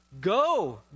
Go